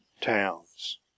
towns